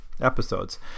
episodes